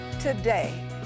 today